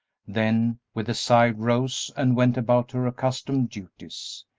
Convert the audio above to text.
then, with a sigh, rose and went about her accustomed duties.